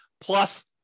Plus